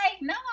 no